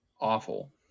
awful